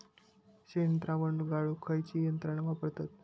शेणद्रावण गाळूक खयची यंत्रणा वापरतत?